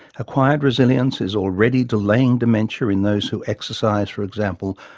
acquired resilience is already delaying dementia in those who exercise, for example,